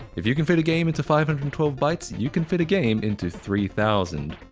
if you can fit a game into five hundred and twelve bytes, you can fit a game into three thousand.